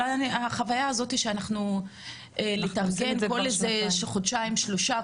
אבל החוויה הזאת שאנחנו צריכים להתארגן כל בערך חודשיים שלושה,